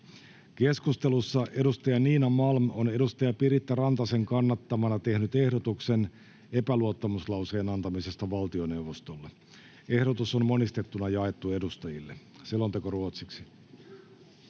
Keskustelussa edustaja Niina Malm on edustaja Piritta Rantasen kannattamana tehnyt ehdotuksen epäluottamuslauseen antamisesta valtioneuvostolle. Ehdotus on monistettuna jaettu edustajille. (Pöytäkirjan